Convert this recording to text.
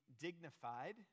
dignified